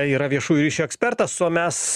yra viešųjų ryšių ekspertas o mes